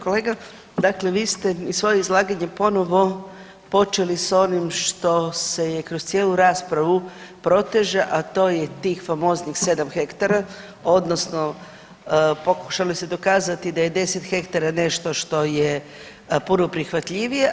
Kolega dakle vi ste svoje izlaganje ponovo počeli sa onim što se kroz cijelu raspravu proteže, a to je tih famoznih 7 hektara, odnosno pokušali ste dokazati da je 10 hektara nešto što je puno prihvatljivije.